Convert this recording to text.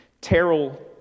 Terrell